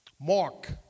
Mark